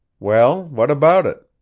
well, what about it?